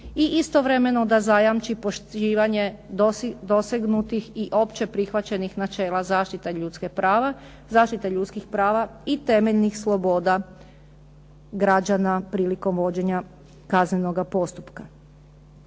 i istovremeno da zajamči poštivanje dosegnutih i općeprihvaćenih načela zaštite ljudskih prava i temeljnih sloboda građana prilikom vođenja kaznenoga postupka.